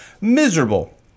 miserable